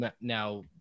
now